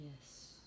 Yes